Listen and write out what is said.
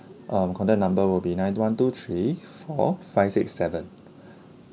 uh contact number will be nine one two three four five six seven